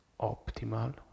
optimal